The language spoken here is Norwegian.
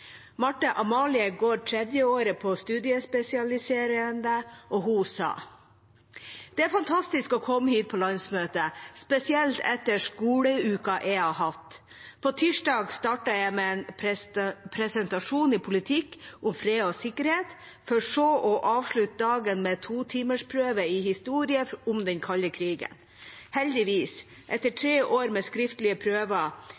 går 3. året på studiespesialisering, og hun sa: Det er fantastisk å komme hit på landsmøte, spesielt etter skoleuka jeg har hatt. På tirsdag startet jeg med en presentasjon i politikk om fred og sikkerhet, for så å avslutte dagen med en totimersprøve i historie om den kalde krigen. Heldigvis, etter